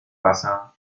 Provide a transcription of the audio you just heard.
wasser